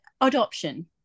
adoption